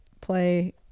play